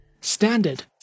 standard